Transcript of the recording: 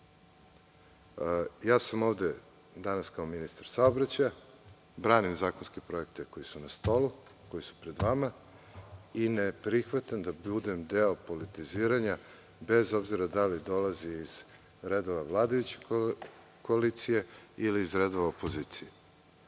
sam danas kao ministar saobraćaja, branim zakonske projekte koji su na stolu, koji su pred vama, i ne prihvatam da budem deo politiziranja, bez obzira da li dolazi iz redova vladajuće koalicije, ili iz redova opozicije.